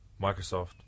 Microsoft